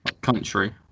country